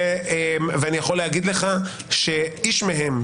ואני יכול להגיד לך שאיש מהם,